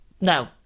No